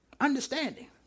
Understanding